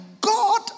God